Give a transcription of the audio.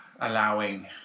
allowing